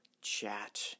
chat